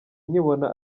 nkibona